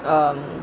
um